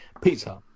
Pizza